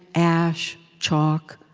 ash, chalk,